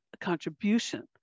contribution